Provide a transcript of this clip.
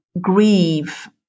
grieve